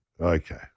Okay